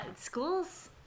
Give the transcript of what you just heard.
Schools